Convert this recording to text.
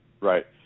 Right